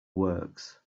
works